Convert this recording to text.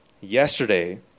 yesterday